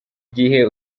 gihe